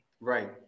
Right